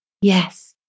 Yes